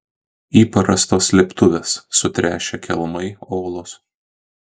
įprastos slėptuvės sutręšę kelmai olos